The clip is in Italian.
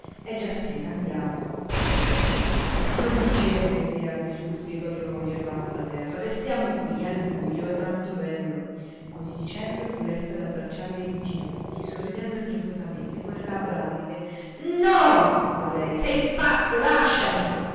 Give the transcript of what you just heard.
è già sera andiamo e si alzò non dicevo per tirarmi su spiegò di nuovo gerlando da terra restiamo qua al bujo è tanto bello così dicendo fu lesto ad abbracciarle i ginocchi sorridendo nervosamente con le labbra aride no gridò lei sei pazzo lasciami